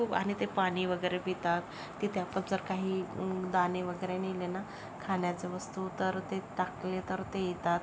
खूप आणि ते पाणी वगैरे पितात तिथे आपण जर काही दाणे वगैरे नेले ना खाण्याचं वस्तू तर ते टाकले तर ते येतात